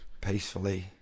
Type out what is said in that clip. peacefully